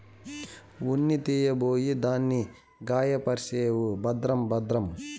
ఉన్ని తీయబోయి దాన్ని గాయపర్సేవు భద్రం భద్రం